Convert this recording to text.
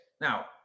Now